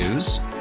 News